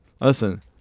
Listen